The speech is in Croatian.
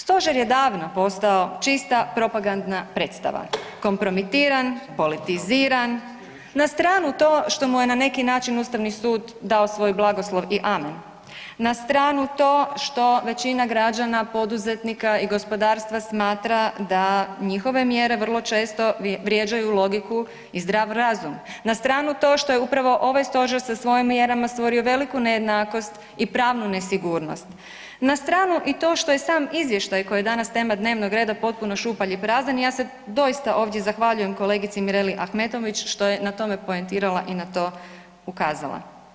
Stožer je davno postao čista propagadna predstava, kompromitiran, politiziran, na stranu to što mu je to na neki način Ustavni sud dao svoj blagoslov i Amen, na stranu to što većina građana, poduzetnika i gospodarstva smatra da njihove mjere vrlo često vrijeđaju logiku i zdrav razum, na stranu to što je upravo ovaj stožer sa svojim mjerama stvorio veliku nejednakost i pravnu nesigurnost, na stranu i to što je i sam izvještaj koji je danas tema dnevnog reda potpuno šupalj i prazan i ja se doista ovdje zahvaljujem kolegici Ahmetović što je na tome poentirala i na to ukazala.